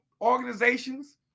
organizations